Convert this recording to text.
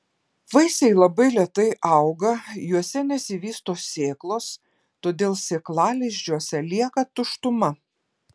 vaisiai labai lėtai auga juose nesivysto sėklos todėl sėklalizdžiuose lieka tuštuma